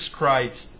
Christ